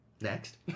Next